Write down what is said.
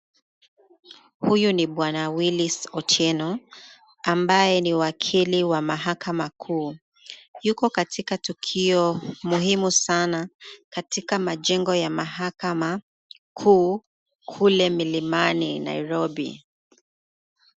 Huyu ni Bwana Willies Otieni ambaye ni wakili wa mahakama kuu. Yuko katika tukio muhimu sana, katika majengo ya mahakama kuu, kule Milimani Nairobi.